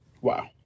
Wow